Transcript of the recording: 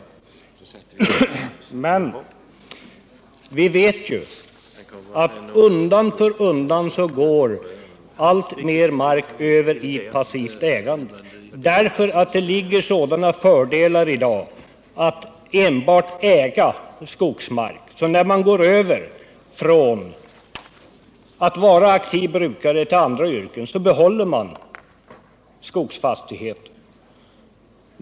Men vi vet ju att undan för undan övergår alltmer mark i passivt ägande, därför att det ligger sådana fördelar i dag i enbart att äga skogsmark. När någon går över från att vara aktiv brukare till ett annat yrke, behåller man därför skogsfastigheten.